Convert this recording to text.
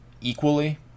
equally